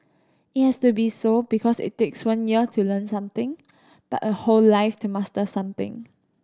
it has to be so because it takes one year to learn something but a whole life to master something